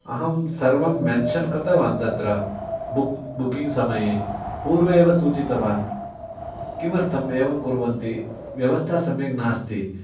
अहं सर्वं मेन्शन् कृतवान् तत्र बुक् बुकिङ्ग् समये पूर्वेव सूचितवान् किमर्थम् एवं कुर्वन्ति व्यवस्था सम्यग् नास्ति